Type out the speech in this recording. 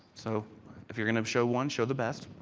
so if you are kind of show one, show the best.